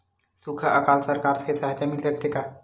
सुखा अकाल सरकार से सहायता मिल सकथे का?